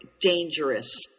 dangerous